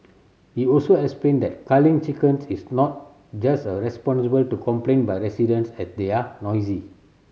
he also explained that culling chickens is not just a responsible to complaint by residents that they are noisy